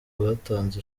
batanze